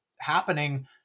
happening